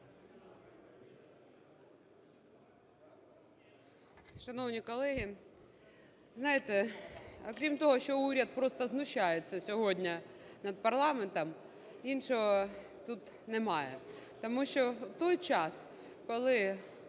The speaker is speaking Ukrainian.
Шановні колеги, знаєте, крім того, що уряд просто знущається сьогодні над парламентом, іншого тут немає. Тому що в той час, коли